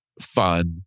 fun